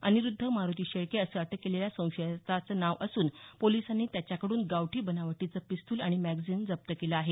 अनिरुद्ध मारोती शेळके असं अटक केलेल्या संशयिताचं नाव असून पोलिसांनी त्याच्याकडून गावठी बनावटीचं पिस्तुल आणि मॅग्झिन जप्त केलं आहे